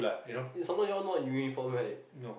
some more you all not in uniform right